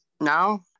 now